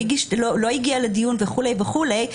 לא הגיע לדיון וכולי וכולי,